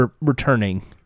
returning